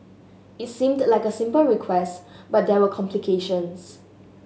it seemed like a simple request but there were complications